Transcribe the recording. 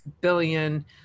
billion